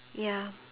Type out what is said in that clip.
ya